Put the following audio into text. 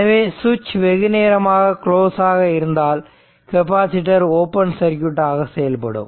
எனவே சுவிட்ச் வெகுநேரமாக க்ளோஸ் ஆக இருந்தால் கெப்பாசிட்டர் ஓபன் சர்க்யூட் ஆக செயல்படும்